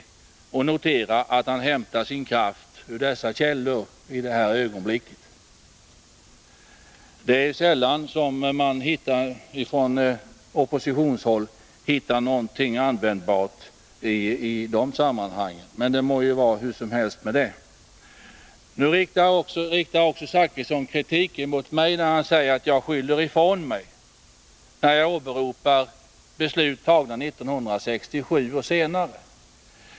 Det är intressant att notera att han i detta ögonblick hämtar sina krafter ur dessa källor. Det är sällan man från oppositionshåll hittar något användbart i dessa tidningar, men nu passar det. Bertil Zachrisson riktar också kritik mot mig, när han säger att jag skyller ifrån mig då jag åberopar beslut fattade 1967 och senare.